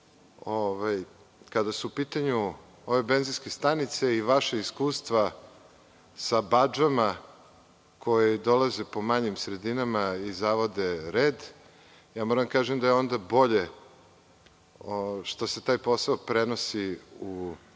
su u pitanju ove benzinske stanice i vaša iskustva sa badžama koji dolaze po manjim sredinama i zavode red. Moram da vam kažem da je onda bolje što se taj posao prenosi u državu,